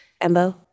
EMBO